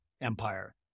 empire